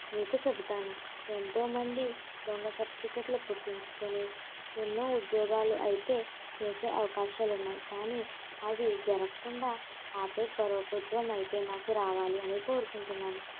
మీకు చెబుతాను ఎంతోమంది దొంగ సర్టిఫికెట్లు పుట్టించుకుని ఎన్నో ఉద్యోగాలు అయితే చేసే అవకాశాలు ఉన్నాయి కానీ అవి జరగకుండా ఆపే ప్రభుత్వం అయితే మాకు రావాలి అనే కోరుకుంటున్నాను